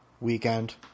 weekend